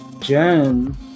Jen